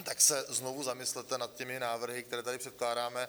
Tak se znovu zamyslete nad těmi návrhy, které tady předkládáme.